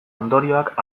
ondorioak